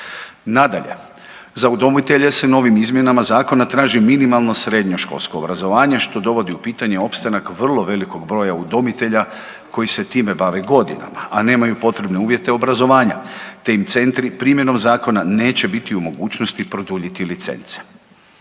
Nadalje za udomitelje se novim izmjenama zakona traži minimalno srednjoškolsko obrazovanje što dovodi u pitanje opstanak vrlo velikog broja udomitelja koji se time bave godinama, a nemaju potrebne uvjete obrazovanja, te im centri primjenom zakona neće biti u mogućnosti produljiti licence.